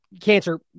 cancer